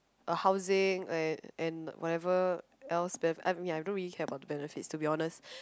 a housing and and whatever else be~ I mean I don't really care about the benefits to be honest